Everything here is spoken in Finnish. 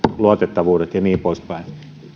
luotettavuudet ja niin poispäin